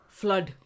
flood